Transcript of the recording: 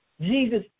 Jesus